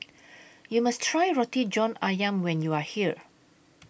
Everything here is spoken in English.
YOU must Try Roti John Ayam when YOU Are here